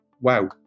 wow